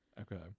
Okay